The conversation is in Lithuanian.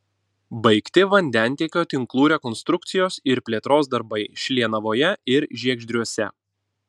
baigti vandentiekio tinklų rekonstrukcijos ir plėtros darbai šlienavoje ir žiegždriuose